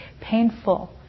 painful